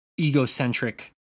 egocentric